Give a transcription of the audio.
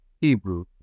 Hebrew